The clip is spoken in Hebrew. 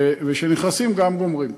וכשנכנסים גם גומרים.